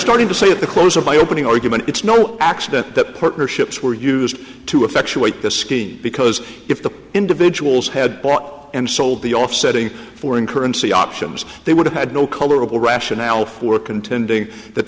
starting to say at the close of my opening argument it's no accident that partnerships were used to effectuate the scheme because if the individuals had bought and sold the offsetting foreign currency options they would have had no colorable rationale for contending that